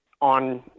on